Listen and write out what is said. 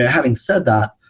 ah having said that,